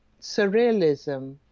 surrealism